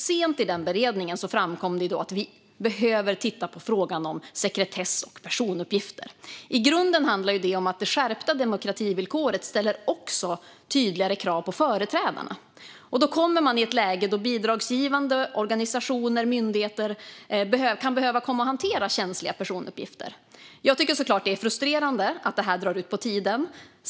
Sent i beredningen av den sistnämnda utredningen framkom det att vi behöver titta på frågan om sekretess och personuppgifter. I grunden handlar det om att det skärpta demokrativillkoret också ställer tydligare krav på företrädarna. Då hamnar man i ett läge då bidragsgivande organisationer och myndigheter kan komma att behöva hantera känsliga personuppgifter. Jag tycker såklart att det är frustrerande att beredningen drar ut på tiden.